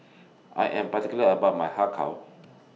I Am particular about My Har Kow